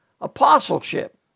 apostleship